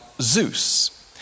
Zeus